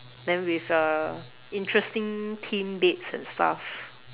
then with uh interesting theme beds and stuff